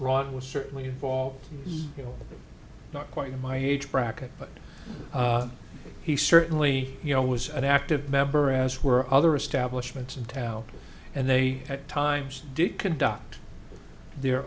rod was certainly evolved you know not quite in my age bracket but he certainly you know was an active member as were other establishments in town and they at times did conduct the